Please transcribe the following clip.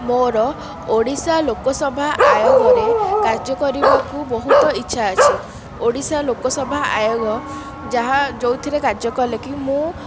ମୋର ଓଡ଼ିଶା ଲୋକସଭା ଆୟୋଗରେ କାର୍ଯ୍ୟ କରିବାକୁ ବହୁତ ଇଛା ଅଛି ଓଡ଼ିଶା ଲୋକସଭା ଆୟୋଗ ଯାହା ଯେଉଁଥିରେ କାର୍ଯ୍ୟ କଲେକି ମୁଁ